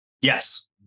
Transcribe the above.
Yes